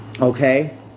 Okay